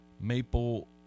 maple